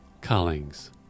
Collings